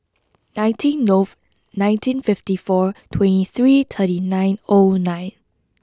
nineteen Nov nineteen fifty four twenty three thirty nine O nine